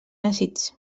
àcids